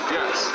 Yes